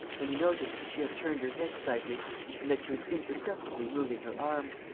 when he noticed that she had turned her head slightly and that she was imperceptibly moving her arm.